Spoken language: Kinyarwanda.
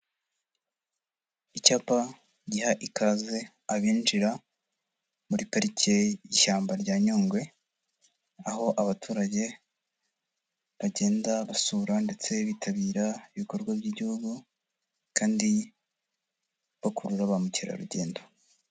Icyapa giha ikaze abinjira muri parike y'ishyamba rya Nyungwe; aho abaturage bagenda basura ndetse bitabira ibikorwa by'igihugu kandi bakurura ba mukerarugendo.